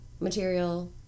material